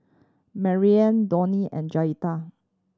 Maryanne and Jaeda